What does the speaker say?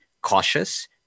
cautious